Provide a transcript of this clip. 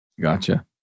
Gotcha